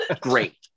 great